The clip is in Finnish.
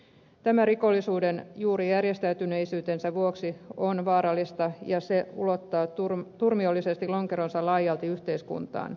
tämä rikollisuus on vaarallista juuri järjestäytyneisyytensä vuoksi ja se ulottaa turmiollisesti lonkeronsa laajalti yhteiskuntaan